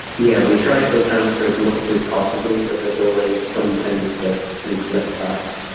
yeah, we tried to account for as much as possible, but there's always some things that can slip past.